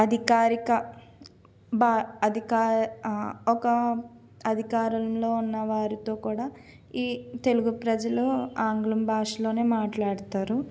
అధికారిక బా అధికా ఒక అధికారంలో ఉన్న వారితో కూడా ఈ తెలుగు ప్రజలు ఆంగ్లం భాషలోనే మాట్లాడుతారు